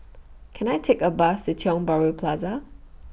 Can I Take A Bus The Tiong Bahru Plaza